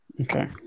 Okay